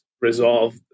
resolve